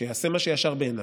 שיעשה מה שישר בעיניו.